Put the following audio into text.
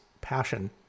passion